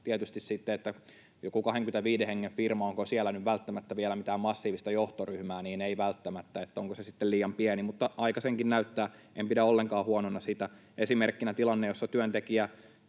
sitten, jos on joku 25 hengen firma, niin onko siellä nyt välttämättä vielä mitään massiivista johtoryhmää, ei välttämättä, että onko se sitten liian pieni. Mutta aika senkin näyttää. En pidä ollenkaan huonona sitä. Esimerkkinä tilanne, jossa työntekijäedustus